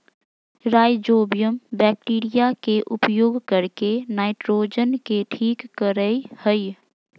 rhizobium bacteria के उपयोग करके नाइट्रोजन के ठीक करेय हइ